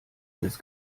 des